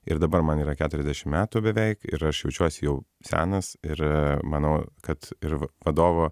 ir dabar man yra keturiasdešimt metų beveik ir aš jaučiuosi jau senas ir manau kad ir vadovo